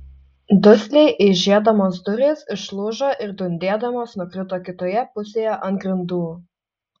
dusliai eižėdamos durys išlūžo ir dundėdamos nukrito kitoje pusėje ant grindų